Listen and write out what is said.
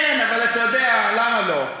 כן, אבל אתה יודע, למה לא?